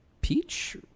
Peach